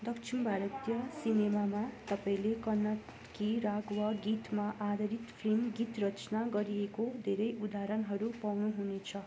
दक्षिण भारतीय सिनेमामा तपाईँँले कर्नाटकी राग वा गीतमा आधारित फिल्म गीत रचना गरिएको धेरै उदाहरणहरू पाउनुहुनेछ